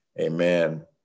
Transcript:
amen